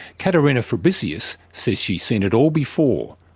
katharina fabricius says she's seen it all before,